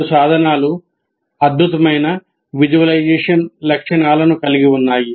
రెండు సాధనాలు అద్భుతమైన విజువలైజేషన్ లక్షణాలను కలిగి ఉన్నాయి